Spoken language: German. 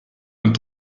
und